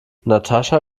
natascha